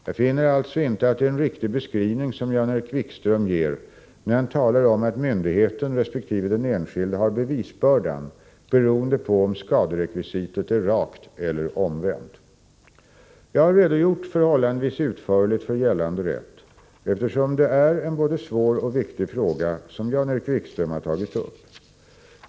Jag finner alltså inte att det är en riktig beskrivning som Jan-Erik Wikström ger när han talar om att myndigheten resp. den enskilde har bevisbördan, beroende på om skaderekvisitet är rakt eller omvänt. Jag har redogjort förhållandevis utförligt för gällande rätt, eftersom det är en både svår och viktig fråga som Jan-Erik Wikström har tagit upp.